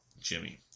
Jimmy